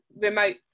remote